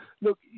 look